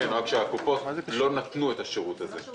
כן, רק שהקופות לא נתנו את השירות הזה.